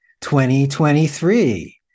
2023